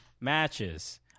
matches